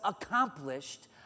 accomplished